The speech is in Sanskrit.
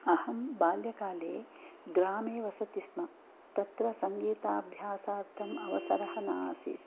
अहं बाल्यकाले ग्रामे वसतिस्म तत्र सङ्गिताभ्यासार्थम् अवसरः न आसीत्